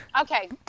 okay